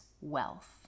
wealth